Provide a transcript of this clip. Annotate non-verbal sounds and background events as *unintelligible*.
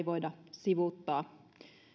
*unintelligible* voida sivuuttaa